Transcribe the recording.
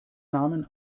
namen